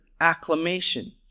acclamation